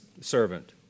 servant